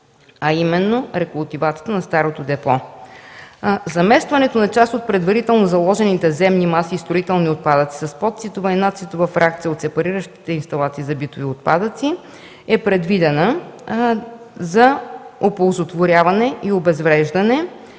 а именно рекултивацията на старото депо. Заместването на предварително заложените земни маси и строителни отпадъци с подситова и надситова фракция от репариращите инсталации за битови отпадъци е предвидено за оползотворяване и обезвреждане,